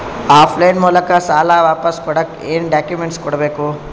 Of line ಮೂಲಕ ಸಾಲ ವಾಪಸ್ ಕೊಡಕ್ ಏನು ಡಾಕ್ಯೂಮೆಂಟ್ಸ್ ಕೊಡಬೇಕು?